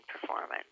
performance